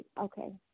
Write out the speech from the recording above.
okay